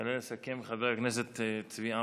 יעלה לסכם חבר הכנסת צבי האוזר,